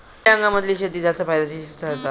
खयल्या हंगामातली शेती जास्त फायद्याची ठरता?